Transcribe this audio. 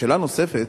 שאלה נוספת: